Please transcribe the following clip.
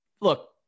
look